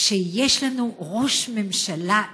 שיש לנו ראש ממשלה אישה.